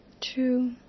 True